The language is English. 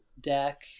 deck